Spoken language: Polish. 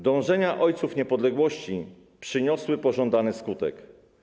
Dążenia ojców niepodległości przyniosły pożądany skutek.